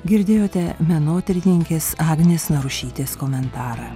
girdėjote menotyrininkės agnės narušytės komentarą